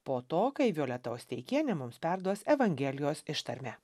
po to kai violeta osteikienė mums perduos evangelijos ištarmę